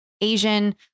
Asian